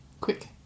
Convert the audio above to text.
quick